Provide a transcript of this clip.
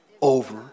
Over